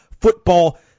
football